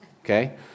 okay